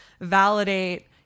validate